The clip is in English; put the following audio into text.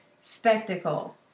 spectacle